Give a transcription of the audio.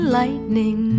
lightning